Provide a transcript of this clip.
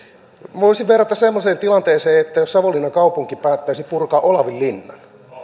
voisin verrata semmoiseen tilanteeseen jos savonlinnan kaupunki päättäisi purkaa olavinlinnan